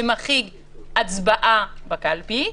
שמחריג הצבעה בקלפי.